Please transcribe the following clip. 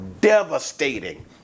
devastating